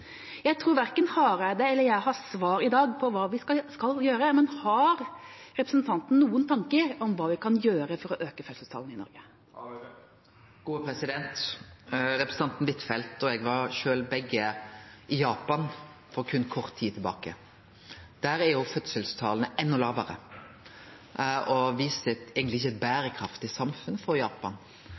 Jeg tror verken Hareide eller jeg har svar i dag på hva vi skal gjøre, men har representanten noen tanker om hva vi kan gjøre for å øke fødselstallene i Norge? Representanten Huitfeldt og eg var begge i Japan for berre kort tid sidan. Der er fødselstala endå lågare, og det viser eigentleg at Japan ikkje er eit berekraftig samfunn.